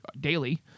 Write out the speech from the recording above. daily